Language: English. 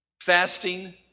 fasting